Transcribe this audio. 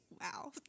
wow